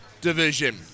division